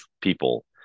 people